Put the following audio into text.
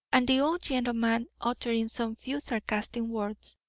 and the old gentleman, uttering some few sarcastic words,